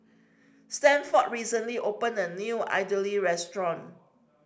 Stanford recently opened a new Idili restaurant